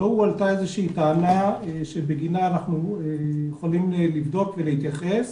לא הועלתה איזושהי טענה שבגינה אנחנו יכולים לבדוק ולהתייחס.